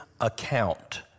account